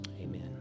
Amen